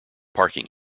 parking